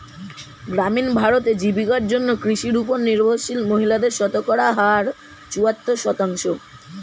গ্রামীণ ভারতে, জীবিকার জন্য কৃষির উপর নির্ভরশীল মহিলাদের শতকরা হার চুয়াত্তর শতাংশ